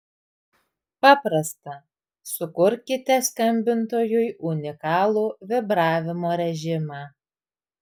paprasta sukurkite skambintojui unikalų vibravimo režimą